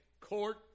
court